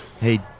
Hey